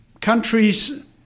countries